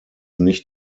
nicht